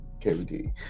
kvd